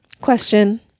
Question